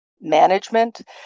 management